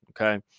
okay